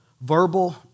verbal